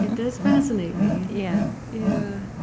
does fascinate me yeah